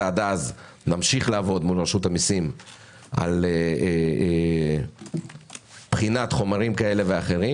ועד אז נמשיך לעבוד מול רשות המיסים על בחינת חומרים כאלה ואחרים.